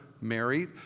Mary